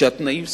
כשהתנאים סבירים.